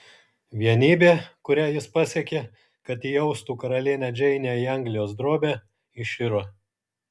vienybė kurią jis pasiekė kad įaustų karalienę džeinę į anglijos drobę iširo